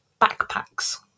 backpacks